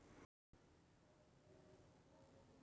वावरमझारलं तण शेतकरीस्नीकरता खर्चनं आणि राबानं काम शे